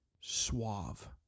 suave